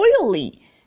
oily